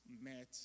met